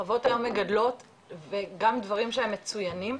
חוות היום מגדלות וגם דברים שהם מצוינים,